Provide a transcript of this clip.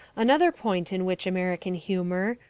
another point in which american humour,